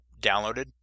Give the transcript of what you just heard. downloaded